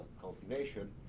cultivation